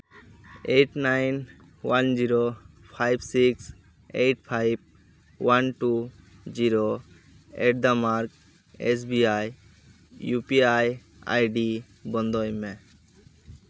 eight nine one zero five six eight five one two zero at the mark S B I U P I ID ᱵᱚᱱᱫᱚᱭ ᱢᱮ